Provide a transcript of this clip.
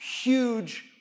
huge